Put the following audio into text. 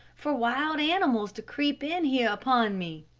for wild animals to creep in here upon me.